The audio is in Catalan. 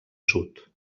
sud